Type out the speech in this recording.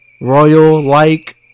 royal-like